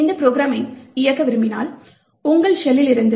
இந்த ப்ரோக்ராமை இயக்க விரும்பினால் உங்கள் ஷெல்லிலிருந்து